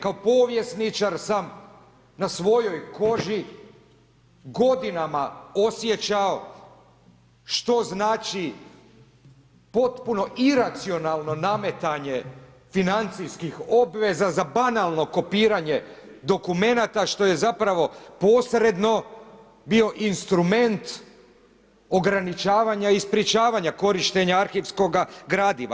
Kao povjesničar sam na svojoj koži godinama osjećao što znači potpuno iracionalno nametanje financijskih obveza za banalno kopiranje dokumenata, što je zapravo posredno bio instrument ograničavanja i sprečavanja korištenja arhivskog gradiva.